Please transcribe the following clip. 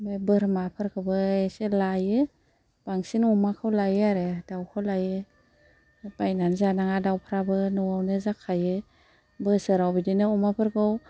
ओमफ्राय बोरमाफोरखौबो एसे लायो बांसिन अमाखौ लायो आरो दावखौ लायो बायनानै जानाङा दावफ्राबो न'आवनो जाखायो बोसोराव बिदिनो अमाफोरखौ